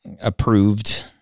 approved